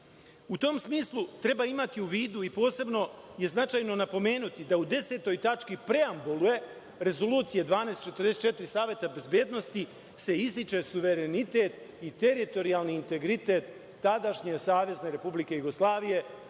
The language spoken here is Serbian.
tom smislu, treba imati u vidu i posebno i značajno napomenuti da u 10. tački preambule Rezolucije 1244 Saveta bezbednosti se ističe suverenitet i teritorijalni integritet tadašnje SRJ, a pravni